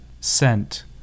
scent